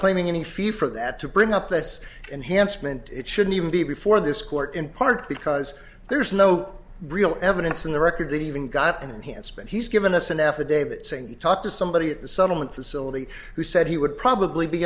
claiming any fee for that to bring up this enhanced meant it shouldn't even be before this court in part because there's no real evidence in the record that he even got an enhanced but he's given us an affidavit saying he talked to somebody at the settlement facility who said he would probably be